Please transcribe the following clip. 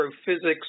astrophysics